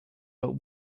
but